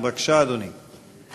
בבקשה, אדוני.